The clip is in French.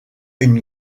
une